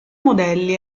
modelli